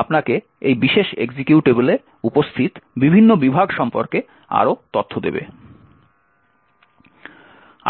আপনাকে এই বিশেষ এক্সিকিউটেবলে উপস্থিত বিভিন্ন বিভাগ সম্পর্কে আরও তথ্য দেবে